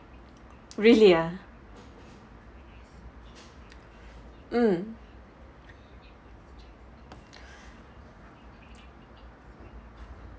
really ah mm